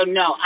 no